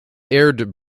aired